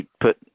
put